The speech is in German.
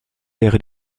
wäre